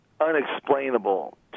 unexplainable